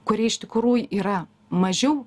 kurie iš tikrųj yra mažiau